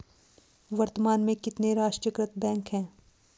वर्तमान में कितने राष्ट्रीयकृत बैंक है?